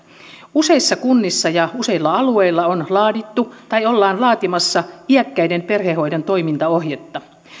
useissa kunnissa ja useilla alueilla on laadittu tai ollaan laatimassa iäkkäiden perhehoidon toimintaohjetta